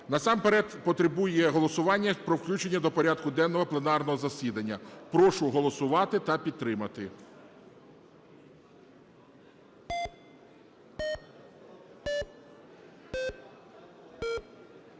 Насамперед потребує голосування про включення до порядку денного пленарного засідання. Прошу голосувати та підтримати.